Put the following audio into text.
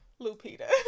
Lupita